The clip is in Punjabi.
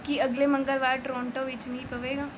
ਕੀ ਅਗਲੇ ਮੰਗਲਵਾਰ ਟੋਰਾਂਟੋ ਵਿੱਚ ਮੀਂਹ ਪਵੇਗਾ